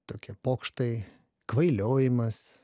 tokie pokštai kvailiojimas